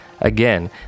Again